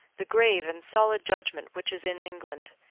the grave and solid judgment which is in england,